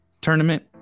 tournament